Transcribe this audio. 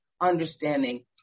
understanding